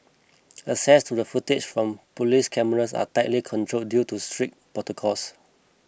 access to the footage from police cameras are tightly controlled due to strict protocols